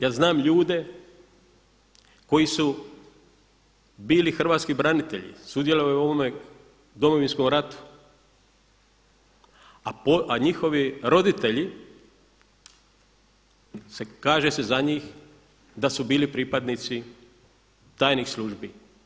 Ja znam ljude koji su bili hrvatski branitelji, sudjelovali u ovome Domovinskom ratu, a njihovi roditelji kaže se za njih da su bili pripadnici tajnih službi.